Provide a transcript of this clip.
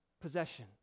possession